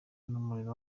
n’umuriro